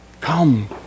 Come